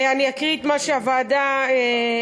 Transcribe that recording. אני אקריא את מה שהוועדה כתבה: